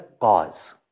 cause